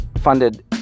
funded